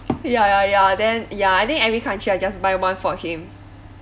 ya ya ya then ya I think every country I just buy one for him